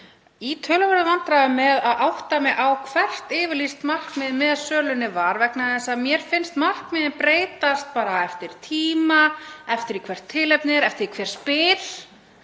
í töluverðum vandræðum með að átta mig á hvert yfirlýst markmið með sölunni var vegna þess að mér finnst markmiðið breytast bara eftir tíma, eftir því hvert tilefnið er, eftir því hver spyr,